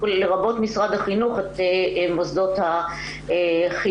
לרבות משרד החינוך את מוסדות החינוך.